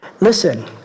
listen